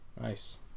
Nice